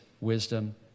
wisdom